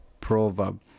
proverb